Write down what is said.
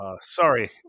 Sorry